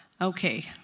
okay